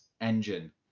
engine